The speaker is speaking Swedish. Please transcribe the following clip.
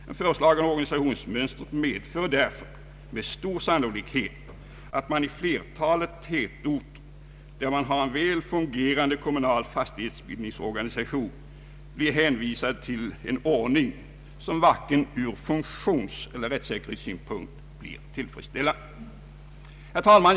Det föreslagna organisationsmönstret medför därför med stor sannolikhet att man i flertalet tätorter, där man har en väl fungerande kommunal fastighetsbildningsorganisation, blir hänvisad till en ordning som varken ur funktionseller rättsäkerhetssynpunkt blir tillfredsställande. Herr talman!